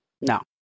No